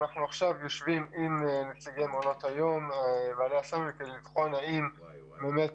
אנחנו עכשיו יושבים עם נציגי מעונות היום כדי לבחון האם באמת